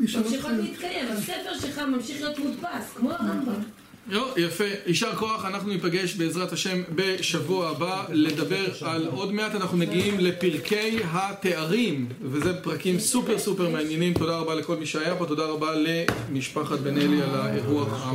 ממשיכות להתקיים, הספר שלך ממשיך להיות מודפס, כמו הרמב״ם. נו יפה, יישר כוח, אנחנו ניפגש בעזרת השם בשבוע הבא לדבר על... עוד מעט, אנחנו מגיעים לפרקי התארים, וזה פרקים סופר סופר מעניינים, תודה רבה לכל מי שהיה פה תודה רבה למשפחת בן-אלי על האירוח...